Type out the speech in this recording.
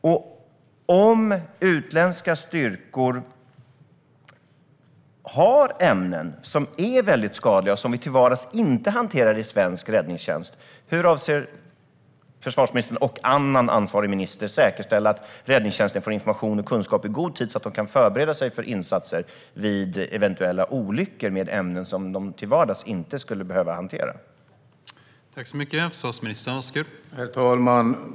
Och om utländska styrkor har ämnen som är mycket skadliga, och som inte till vardags hanteras i svensk räddningstjänst, hur avser försvarsministern och annan ansvarig minister då att säkerställa att räddningstjänsten får information och kunskap i god tid så att de kan förbereda sig för insatser vid eventuella olyckor med ämnen som de till vardags inte skulle behöva hantera?